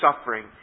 suffering